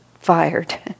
fired